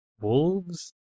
wolves